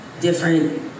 different